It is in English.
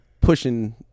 pushing